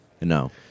No